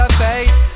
face